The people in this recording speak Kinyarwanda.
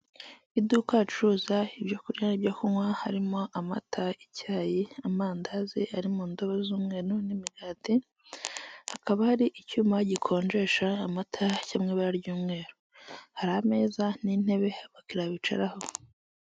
Iduka acuruza ibyo kurya n'ibyo kunywa, harimo amata, icyayi, amandazi ari mu ndobo z'umweru n'imigati, hakaba hari icyuma gikonjesha amata cyo mu ibara ry'umweru, hari ameza n'intebe abakiriya bicaraho.